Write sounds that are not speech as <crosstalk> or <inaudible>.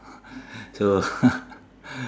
<laughs> so